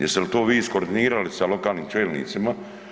Jeste li vi to iskordinirali sa lokalnim čelnicima?